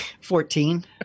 Fourteen